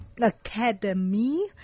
Academy